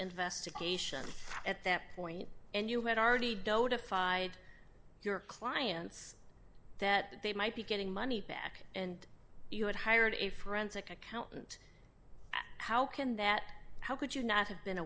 investigation at that point and you had already doda fide your clients that they might be getting money back and you had hired a forensic accountant how can that how could you not have been